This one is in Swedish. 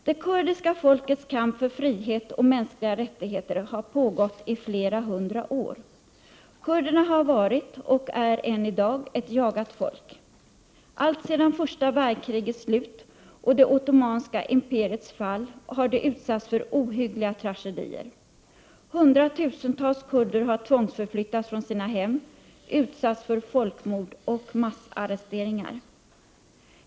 Det kurdiska folkets kamp för frihet och mänskliga rättigheter har pågått i flera hundra år. Kurderna har varit och är än i dag ett jagat folk. Alltsedan första världskrigets slut och det ottomanska imperiets fall har de utsatts för ohyggliga tragedier. Hundratusentals kurder har tvångsförflyttats från sina hem, utsatts för folkmord och massarresteringar.